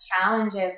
challenges